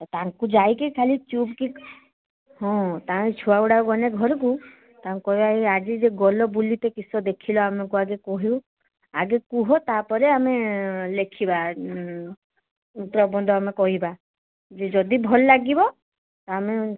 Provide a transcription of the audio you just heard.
ଏ ତାଙ୍କୁ ଯାଇକି ଖାଲି ଚୁପ୍ କି ହଁ ତାଙ୍କ ଛୁଆଗୁଡ଼ା ଗନେ ଘରୁକୁ ତାଙ୍କୁ କହିବା ଆଉ ଆଜି ଯେ ଗଲ ବୁଲିତେ କିସ ଦେଖିଲ ଆମକୁ ଆଗେ କହିବ ଆଗେ କୁହ ତା'ପରେ ଆମେ ଲେଖିବା ପ୍ରବନ୍ଧ ଆମେ କହିବା ଯେ ଯଦି ଭଲ ଲାଗିବ ତ ଆମେ